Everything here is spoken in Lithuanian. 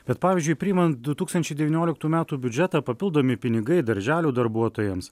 bet pavyzdžiui priimant du tūkstančiai devynioliktų metų biudžetą papildomi pinigai darželių darbuotojams